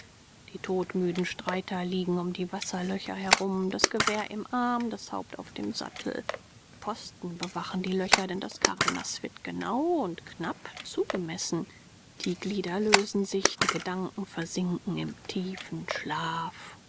die totmüden streiter liegen um die wasserlöcher herum das gewehr im arm das haupt auf dem sattel posten bewachen die löcher denn das karge naß wird genau und knapp zugemessen die glieder lösen sich die gedanken versinken im tiefen schlaf